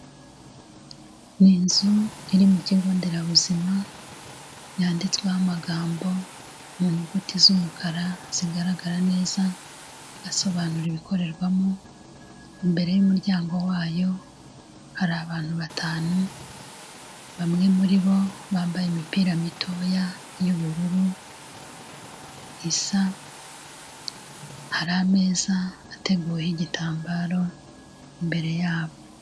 Ni inzu iri mu kigo nderabuzima yanditsweho amagambo mu nyuguti z'umukara zigaragara neza asobanura ibikorerwamo, imbere y'umuryango wayo hari abantu batanu bamwe muri bo bambaye imipira mitoya y'ubururu isa, hari ameza ateguweho igitambaro imbere yabo.